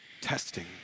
testing